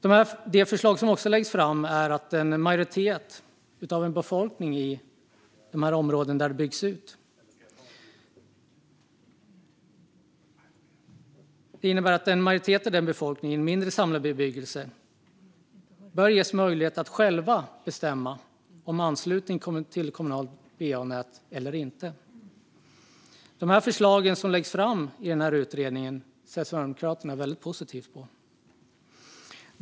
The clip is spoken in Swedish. Ett annat förslag som läggs fram är att en majoritet av en befolkning i mindre samlad bebyggelse bör ges möjlighet att själva bestämma om de ska ansluta sig till det kommunala va-nätet eller inte. Sverigedemokraterna ser väldigt positivt på de förslag som läggs fram i det här betänkandet.